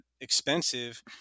expensive